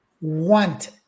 want